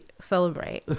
celebrate